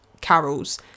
carols